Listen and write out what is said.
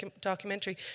documentary